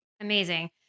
Amazing